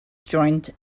joined